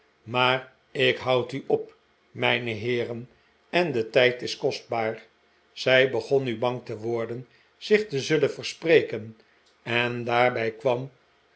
maar ik houd u op mijne heeren en de tijd is kostbaar zij begon nu bang te worden zich te zullen verspreken en daarbij kwam